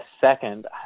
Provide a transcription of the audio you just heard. second